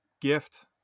gift